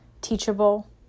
teachable